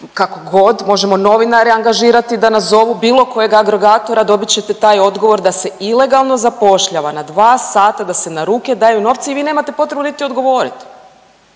kako god, možemo novinare angažirati da nazovu bilo kojeg agregatora, dobit ćete taj odgovor da se ilegalno zapošljava na dva sata, da se na ruke daju novci i vi nemate potrebu niti odgovorit.